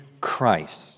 Christ